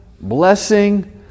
blessing